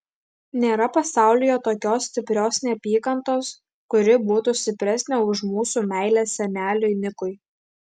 nėra pasaulyje tokios stiprios neapykantos kuri būtų stipresnė už mūsų meilę seneliui nikui